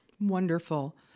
Wonderful